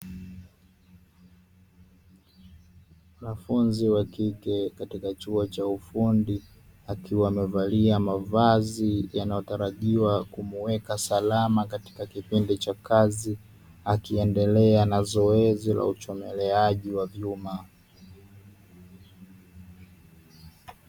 Mwanafunzi wa kike katika chuo cha ufundi akiwa amevalia mavazi yanayotarajiwa kumuweka salama katika kipindi cha kazi, akiendelea na zoezi la uchomeleaji wa vyuma.